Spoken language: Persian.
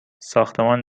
ساختمان